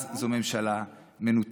אז זו ממשלה מנותקת.